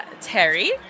Terry